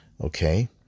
Okay